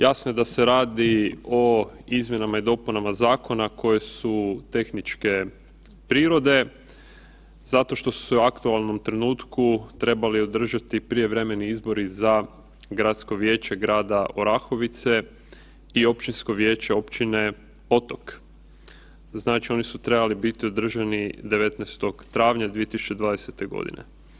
Jasno je da se radi o izmjenama i dopunama zakona koje su tehničke prirode zato što su u aktualnom trenutku trebali održati prijevremeni izbori za Gradsko vijeće grada Orahovice i Općinsko vijeće Općine Otok, oni su trebali biti održani 19. travnja 2020. godine.